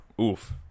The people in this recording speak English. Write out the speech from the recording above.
Oof